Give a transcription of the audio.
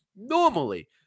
normally